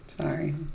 Sorry